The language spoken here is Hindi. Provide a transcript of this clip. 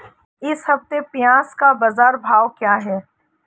इस हफ्ते प्याज़ का बाज़ार भाव क्या है?